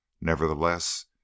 Nevertheless